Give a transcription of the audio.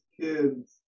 kids